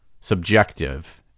subjective